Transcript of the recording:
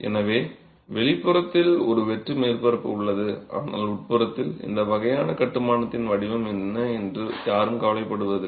எனவே வெளிப்புறத்தில் ஒரு வெட்டு மேற்பரப்பு உள்ளது ஆனால் உட்புறத்தில் இந்த வகையான கட்டுமானத்தின் வடிவம் என்ன என்று யாரும் கவலைப்படுவதில்லை